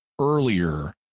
earlier